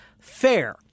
fair